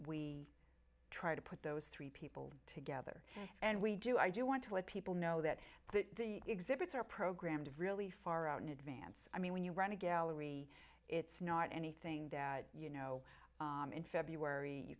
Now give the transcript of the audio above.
we try to put those three people together and we do i do want to let people know that the exhibits are programmed really far out in advance i mean when you run a gallery it's not anything dad you know in february you